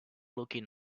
looking